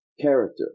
character